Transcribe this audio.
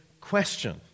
question